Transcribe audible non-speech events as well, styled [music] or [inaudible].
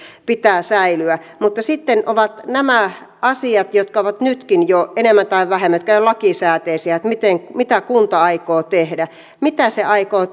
pitää säilyä mutta sitten ovat nämä asiat jotka nytkin jo enemmän tai vähemmän eivät ole lakisääteisiä mitä kunta aikoo tehdä mitä se aikoo [unintelligible]